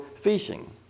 fishing